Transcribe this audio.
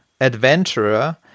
adventurer